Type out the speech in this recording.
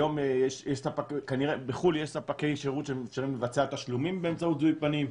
היום יש בחו"ל ספקי שירות שמבצעים תשלומים באמצעות זיהוי פנים.